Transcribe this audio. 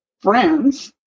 friends